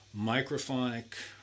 microphonic